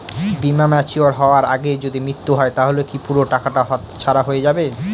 বীমা ম্যাচিওর হয়ার আগেই যদি মৃত্যু হয় তাহলে কি পুরো টাকাটা হাতছাড়া হয়ে যাবে?